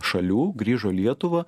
šalių grįžo į lietuvą